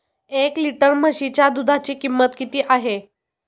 एक लिटर म्हशीच्या दुधाची किंमत किती आहे?